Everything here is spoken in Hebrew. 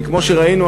כי כמו שראינו,